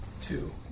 Two